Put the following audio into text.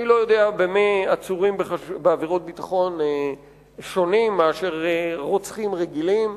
אני לא יודע במה עצורים בעבירות ביטחון שונים מרוצחים רגילים,